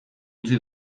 utzi